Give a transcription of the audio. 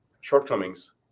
shortcomings